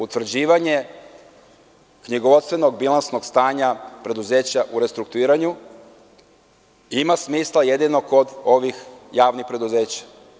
Utvrđivanje knjigovodstvenog bilansnog stanja preduzeća u restrukturiranju ima smisla jedino kod ovih javnih preduzeća.